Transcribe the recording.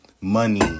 money